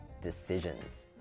decisions